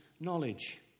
knowledge